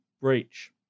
breach